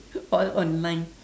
all on mine